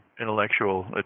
intellectual